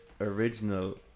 original